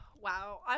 Wow